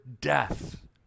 death